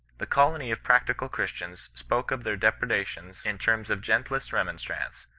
the colony of practical christians spoke of their depredations in terms of gentlest remonstrance,